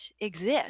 exist